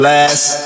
Last